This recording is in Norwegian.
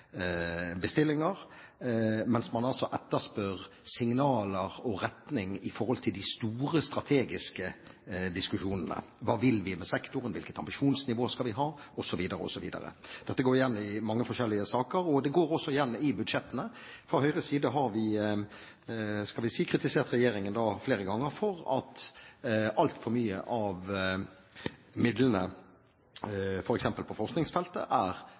mens man altså etterspør signaler og retning i forhold til de store strategiske diskusjonene. Hva vil vi med sektoren, hvilket ambisjonsnivå skal vi ha, osv. Dette går igjen i mange forskjellige saker, og det går også igjen i budsjettene. Fra Høyres side har vi – skal vi si – kritisert regjeringen flere ganger for at altfor mye av midlene, f.eks. på forskningsfeltet, er